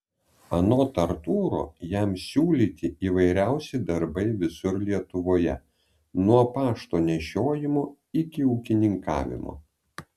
anot artūro jam siūlyti įvairiausi darbai visur lietuvoje nuo pašto nešiojimo iki ūkininkavimo